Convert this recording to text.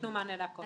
ושיתנו מענה לכול.